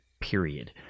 period